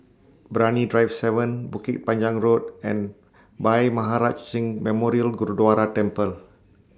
Brani Drive seven Bukit Panjang Road and Bhai Maharaj Singh Memorial Gurdwara Temple